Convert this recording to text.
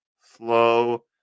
slow